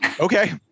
Okay